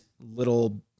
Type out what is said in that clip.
little